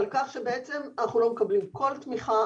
על כך שאנחנו לא מקבלים כל תמיכה.